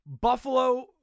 Buffalo